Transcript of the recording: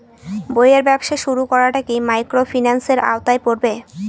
বইয়ের ব্যবসা শুরু করাটা কি মাইক্রোফিন্যান্সের আওতায় পড়বে?